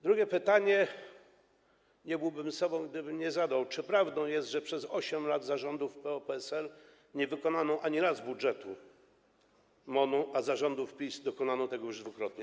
Drugie pytanie, nie byłbym sobą, gdybym go nie zadał: Czy prawdą jest, że przez 8 lat za rządów PO-PSL nie wykonano ani razu budżetu MON-u, a za rządów PiS dokonano tego już dwukrotnie?